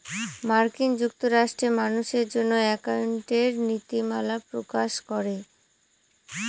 মার্কিন যুক্তরাষ্ট্রে মানুষের জন্য একাউন্টিঙের নীতিমালা প্রকাশ করে